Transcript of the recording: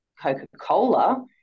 Coca-Cola